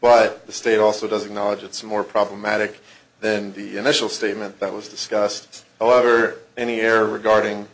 but the state also doesn't knowledge it's more problematic than the initial statement that was discussed other any error regarding